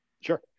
Sure